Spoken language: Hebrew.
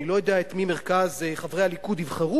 אני לא יודע את מי מרכז חברי הליכוד יבחר,